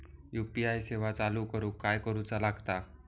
UPI सेवा चालू करूक काय करूचा लागता?